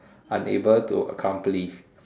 unable to accomplish